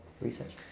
research